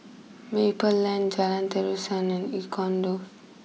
Maple Lane Jalan Terusan and Icon Loft